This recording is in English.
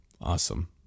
Awesome